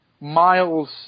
Miles